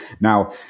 Now